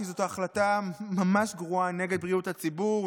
כי זו החלטה ממש גרועה נגד בריאות הציבור,